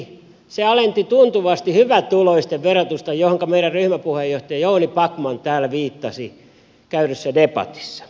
se alensi tuntuvasti hyvätuloisten verotusta mihin meidän ryhmäpuheenjohtajamme jouni backman viittasi täällä käydyssä debatissa